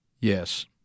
Yes